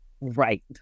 Right